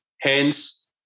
Hence